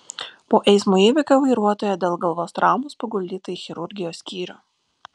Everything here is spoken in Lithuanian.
po eismo įvykio vairuotoja dėl galvos traumos paguldyta į chirurgijos skyrių